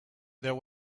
there